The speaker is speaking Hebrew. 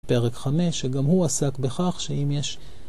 פרק 5, שגם הוא עסק בכך שאם יש...